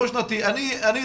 לא שנתי,